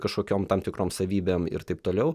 kažkokiom tam tikrom savybėm ir taip toliau